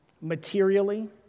materially